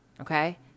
okay